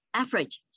average